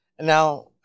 now